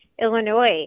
Illinois